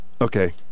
Okay